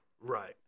Right